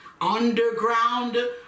Underground